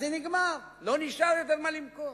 אז זה נגמר, לא נשאר יותר מה למכור.